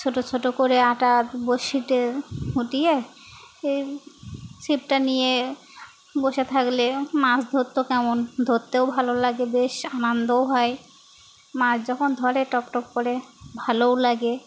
ছোটো ছোটো করে আটা বড়শিতে ফুটিয়ে ছিপটা নিয়ে বসে থাকলে মাছ ধরতো কেমন ধরতেও ভালো লাগে বেশ আনন্দও হয় মাছ যখন ধরে টক টক করে ভালোও লাগে